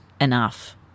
enough